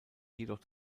jedoch